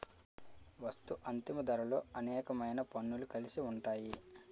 వస్తూ అంతిమ ధరలో అనేకమైన పన్నులు కలిసి ఉంటాయి